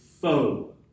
foe